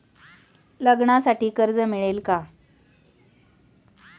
लग्नासाठी कर्ज मिळेल का?